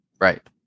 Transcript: Right